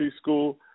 school